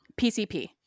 PCP